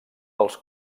dels